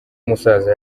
umusaza